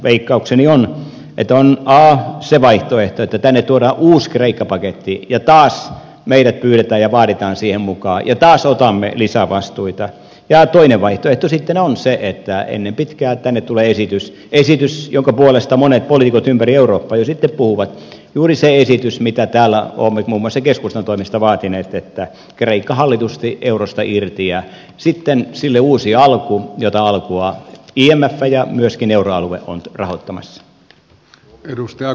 veikkaukseni on että on se vaihtoehto että tänne tuodaan uusi kreikka paketti ja taas meidät pyydetään ja vaaditaan siihen mukaan ja taas otamme lisävastuita ja toinen vaihtoehto sitten on se että ennen pitkää tänne tulee esitys esitys jonka puolesta monet poliitikot ympäri eurooppaa jo sitten puhuvat juuri se esitys mitä täällä olemme muun muassa keskustan toimesta vaatineet että kreikka hallitusti eurosta irti ja sitten sille uusi alku jota alkua imf ja myöskin euroalue on rahoittamassa